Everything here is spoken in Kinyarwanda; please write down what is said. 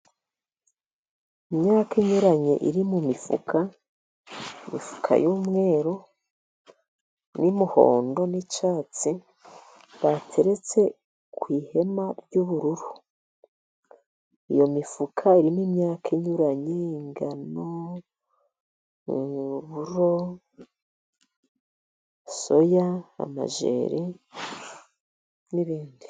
Imyaka inyuranye iri mu mifuka, imifuka y'umweru n'umuhondo n'icyatsi bateretse ku ihema ry'ubururu. Iyo mifuka irimo imyaka inyurany: ingano, uburo, soya, amajeri n'ibindi.